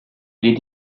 les